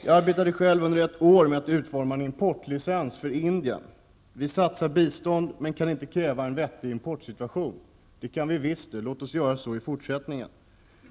Jag har under ett års tid arbetat med att utforma en importlicens för Indien. Vi satsar bistånd. Men vi kan tydligen inte kräva en vettig importsituation. Det kan vi visst, och låt oss göra så i fortsättningen!